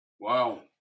Wow